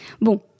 Bon